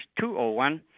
201